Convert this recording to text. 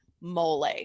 mole